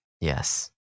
yes